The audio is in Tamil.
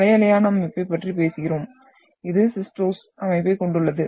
அலை அலையான அமைப்பைப் பற்றி பேசுகிறோம் இது சிஸ்டோஸ் அமைப்பைக் கொண்டுள்ளது